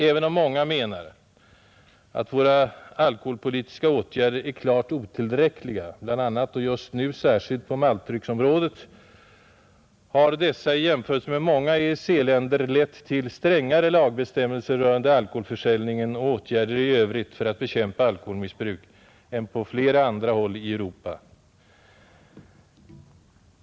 Även om många menar att våra alkoholpolitiska åtgärder är klart otillräckliga — bl.a. och just nu särskilt på maltdrycksområdet — har dessa i jämförelse med många EEC-länder lett till strängare lagbestämmelser rörande alkoholförsäljningen och åtgärder i övrigt för att bekämpa alkoholmissbruk än på flera andra håll i Europa.